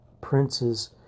prince's